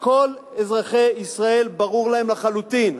כל אזרחי ישראל, ברור להם לחלוטין,